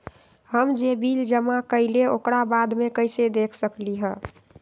हम जे बिल जमा करईले ओकरा बाद में कैसे देख सकलि ह?